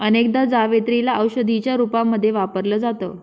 अनेकदा जावेत्री ला औषधीच्या रूपामध्ये वापरल जात